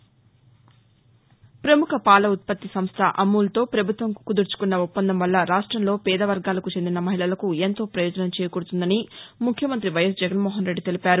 ప్రపముఖ పాల ఉత్పత్తి సంస్ల అమూల్తో ప్రభుత్వం కుదుర్చుకున్న ఒప్పందం వల్ల రాష్టంలో పేద వర్గాలకు చెందిన మహిళలకు ఎంతో ప్రయోజనం చేకూరుతుందని ముఖ్యమంత్రి వైఎస్ జగన్మోహన్ రెడ్డి తెలిపారు